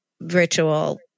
virtual